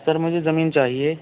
سر مجھے زمین چاہیے